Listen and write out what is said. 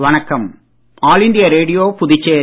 வணக்கம் all India radio Puducherry